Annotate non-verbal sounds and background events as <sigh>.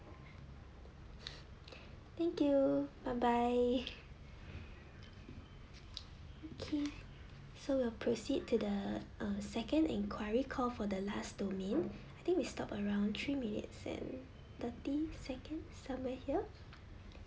thank you bye bye <laughs> okay so we'll proceed to the uh second inquiry call for the last domain I think we stop around three minutes and thirty second somewhere here